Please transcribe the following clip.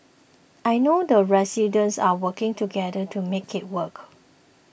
I know the residents are working together to make it work